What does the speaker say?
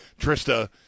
Trista